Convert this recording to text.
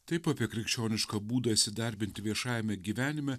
taip apie krikščionišką būdą įsidarbinti viešajame gyvenime